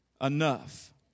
enough